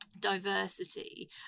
diversity